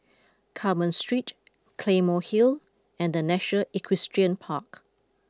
Carmen Street Claymore Hill and the National Equestrian Park